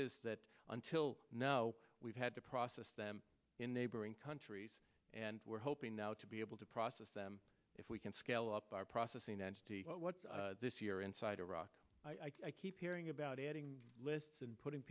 is that until now we've had to process them in neighboring countries and we're hoping now to be able to process them if we can scale up our processing and this year inside iraq i keep hearing about adding lists and putting